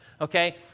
okay